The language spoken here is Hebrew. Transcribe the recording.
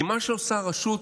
כי מה שעושה הרשות